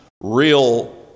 real